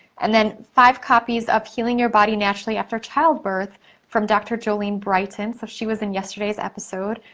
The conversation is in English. and then, five copies of healing your body naturally after childbirth from doctor jolene brighten. so, she was in yesterday's episode.